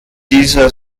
dieser